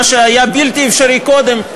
מה שהיה בלתי אפשרי קודם,